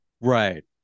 Right